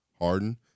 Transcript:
Harden